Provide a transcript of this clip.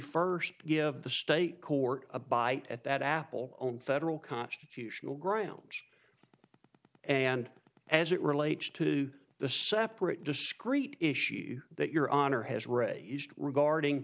first give the state court a bite at that apple own federal constitutional grounds and as it relates to the separate discrete issue that your honor has raised regarding